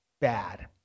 bad